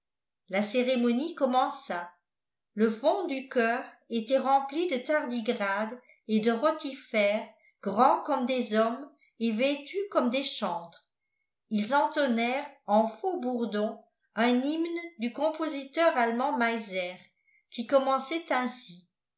la cérémonie commença le fond du choeur était rempli de tardigrades et de rotifères grands comme des hommes et vêtus comme des chantres ils entonnèrent en faux bourdon un hymne du compositeur allemand meiser qui commençait ainsi